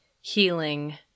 healing